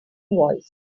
voice